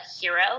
hero